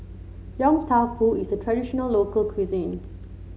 Yong Tau Foo is a traditional local cuisine